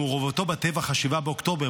שמעורבותו בטבח 7 באוקטובר,